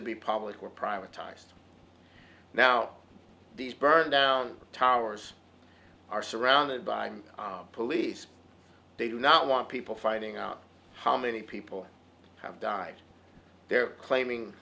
to be public were privatized now these burned down towers are surrounded by police they do not want people finding out how many people have died there claiming